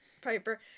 Piper